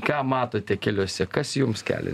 ką matote keliuose kas jums kelia